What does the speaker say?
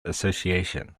association